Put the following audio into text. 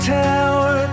tower